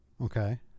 okay